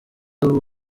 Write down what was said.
abo